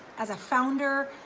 as a founder,